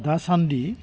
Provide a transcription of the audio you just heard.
दासान्दि